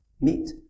meet